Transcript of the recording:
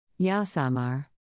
Yasamar